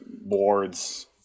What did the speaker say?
boards